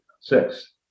six